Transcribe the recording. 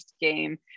game